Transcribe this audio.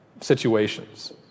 situations